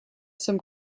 some